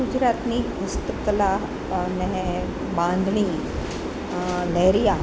ગુજરાતની હસ્તકલા અને બાંધણી લેરિયા